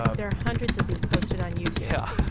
ah there are hundreds of these posted on youtube yeah.